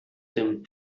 dem